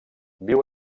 viu